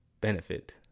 benefit